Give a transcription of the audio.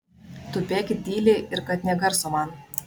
tupėkit tyliai ir kad nė garso man